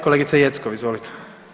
Kolegice Jeckov, izvolite.